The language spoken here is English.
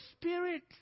Spirit